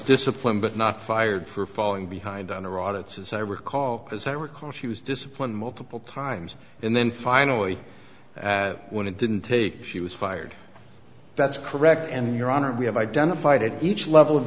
disciplined but not fired for falling behind on a rod it's as i recall as i recall she was disciplined multiple times and then finally when it didn't take she was fired that's correct and your honor we have identified it each level of